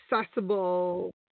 accessible